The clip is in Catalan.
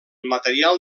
material